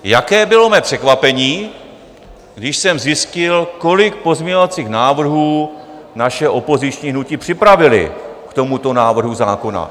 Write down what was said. Jaké bylo mé překvapení, když jsem zjistil, kolik pozměňovacích návrhů naše opoziční hnutí připravila k tomuto návrhu zákona.